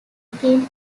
king